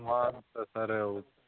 ਸਮਾਨ ਤਾਂ ਸਰ ਉਹ